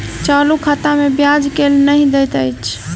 चालू खाता मे ब्याज केल नहि दैत अछि